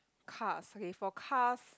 cars okay for cars